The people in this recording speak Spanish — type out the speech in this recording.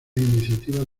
iniciativas